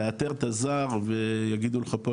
לאתר את הזר ויגידו לך פה,